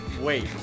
wait